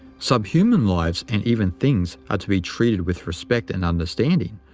sub-human lives and even things are to be treated with respect and understanding,